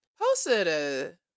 Posted